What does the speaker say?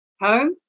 Home